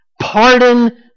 Pardon